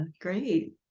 Great